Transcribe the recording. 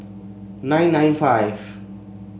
nine nine five